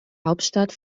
hauptstadt